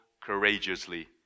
courageously